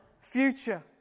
future